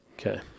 Okay